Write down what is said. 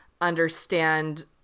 understand